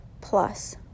plus